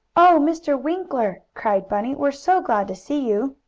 oh, mr. winkler! cried bunny. we're so glad to see you!